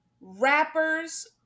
rappers